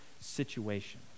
situation